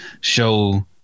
show